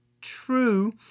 true